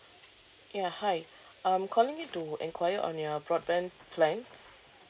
ya hi I'm calling in to enquire on your broadband plans